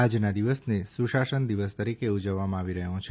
આજના દિવસને સુશાસન દિવસ તરીકે ઉજવવામાં આવી રહ્યો છે